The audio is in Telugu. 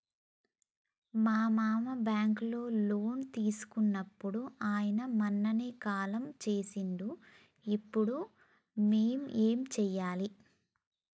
మా మామ బ్యాంక్ లో లోన్ తీసుకున్నడు అయిన మొన్ననే కాలం చేసిండు ఇప్పుడు మేం ఏం చేయాలి?